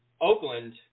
Oakland